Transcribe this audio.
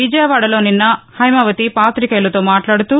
విజయవాడలో నిన్న హైమావతి పాతికేయులతో మాట్లాదుతూ